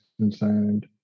concerned